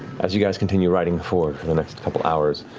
as you guys continue riding forward for the next couple hours,